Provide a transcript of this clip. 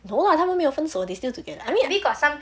no lah 他们没有分手 they still together I mean